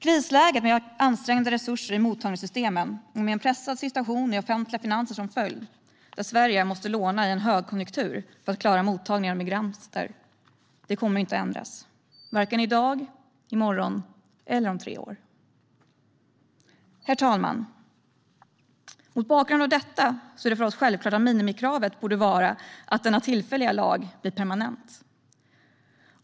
Krisläget med ansträngda resurser i mottagningssystemen och en pressad situation i offentliga finanser som följd, där Sverige måste låna i en högkonjunktur för att klara mottagandet av migranter, kommer inte att ändras vare sig i dag, i morgon eller om tre år. Herr talman! Mot bakgrund av detta är det för oss självklart att minimikravet borde vara att denna tillfälliga lag blir permanent.